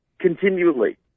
Continually